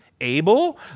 Abel